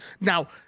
Now